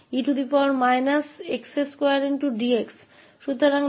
तो वह लाप्लास है